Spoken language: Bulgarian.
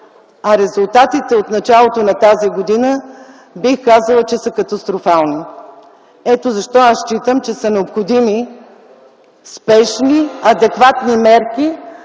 резултатите от началото на тази година, бих казала, са катастрофални. Ето защо аз считам, че са необходими спешни, адекватни мерки